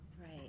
Right